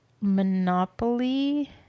Monopoly